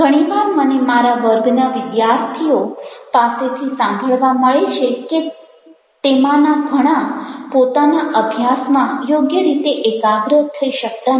ઘણી વાર મને મારા વર્ગના વિદ્યાર્થીઓ પાસેથી સાંભળવા મળે છે કે તેમાંના ઘણા પોતાના અભ્યાસમાં યોગ્ય રીતે એકાગ્ર થઈ શકતા નથી